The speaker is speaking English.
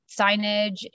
signage